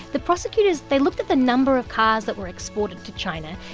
the prosecutors they looked at the number of cars that were exported to china,